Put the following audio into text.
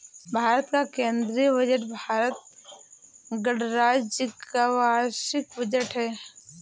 भारत का केंद्रीय बजट भारत गणराज्य का वार्षिक बजट है